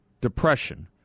depression